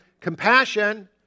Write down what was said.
compassion